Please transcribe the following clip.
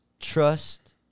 Trust